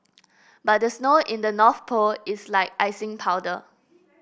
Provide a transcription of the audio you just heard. but the snow in the North Pole is like icing powder